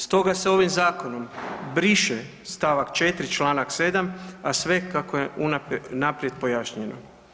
Stoga se ovim zakonom briše stavak 4. članak 7. a sve kako je unaprijed pojašnjeno.